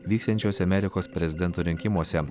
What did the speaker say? vyksiančiuose amerikos prezidento rinkimuose